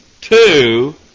two